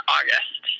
August